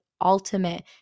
ultimate